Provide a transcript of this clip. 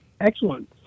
Excellent